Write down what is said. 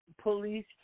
police